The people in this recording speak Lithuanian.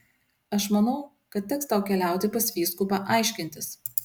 aš manau kad teks tau keliauti pas vyskupą aiškintis